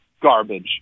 garbage